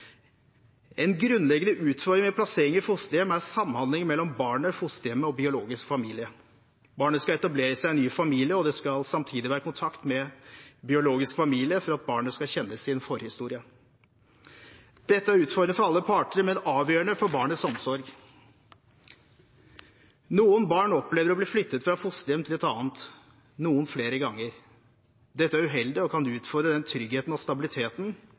En grunnleggende utfordring ved plassering i fosterhjem er samhandlingen mellom barnet, fosterhjemmet og biologisk familie. Barnet skal etablere seg i en ny familie, og det skal samtidig være kontakt med biologisk familie for at barnet skal kjenne sin forhistorie. Dette er utfordrende for alle parter, men avgjørende for barnets omsorg. Noen barn opplever å bli flyttet fra et fosterhjem til et annet – noen flere ganger. Dette er uheldig og kan utfordre den tryggheten og stabiliteten